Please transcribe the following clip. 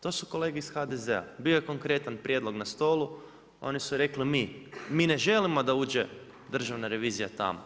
To su kolege iz HDZ-a bio je konkretan prijedlog na stolu, oni su rekli, mi mi ne želimo da uđe Državna revizija tamo.